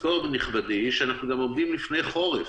נכבדי, תזכור שאנחנו גם עומדים לפני חורף,